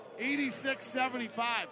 86-75